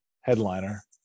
headliner